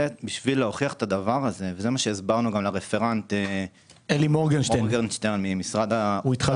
להוכיח את הדבר הזה וזה מה שהסברנו לרפרנט אלי מורגנשטרן שהיה